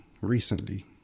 recently